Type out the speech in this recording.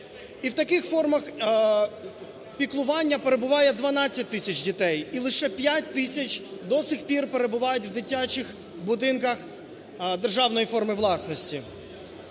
І в таких формах піклування перебуває 12 тисяч дітей, і лише 5 тисяч до сих пір перебувають у дитячих будинках державної форми власності,